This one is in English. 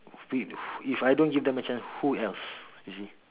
if if I don't give them a chance who else you see